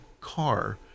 car